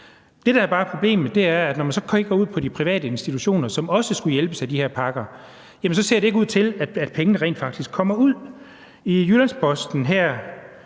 Det, der bare er problemet, er, at når man kigger på de private institutioner, som også skulle hjælpes af de her pakker, ser det ikke ud til, at pengene rent faktisk kommer ud. I Jyllands-Posten var